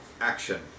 action